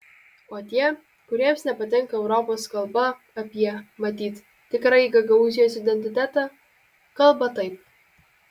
o tie kuriems nepatinka europos kalba apie matyt tikrąjį gagaūzijos identitetą kalba taip